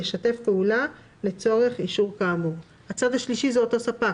ישתף פעולה לצורך אישור כאמור." הצד השלישי זה אותו ספק,